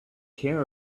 care